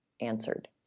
answered